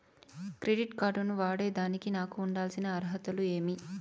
Credit card ను వాడేదానికి నాకు ఉండాల్సిన అర్హతలు ఏమి?